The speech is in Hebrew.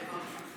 השם עימכם.